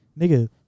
nigga